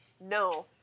No